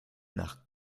nach